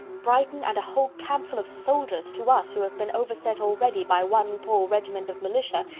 brighton, and a whole campful of soldiers, to us, who have been overset already by one poor regiment of militia,